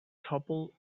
toppled